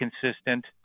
consistent